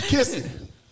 Kissing